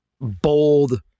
bold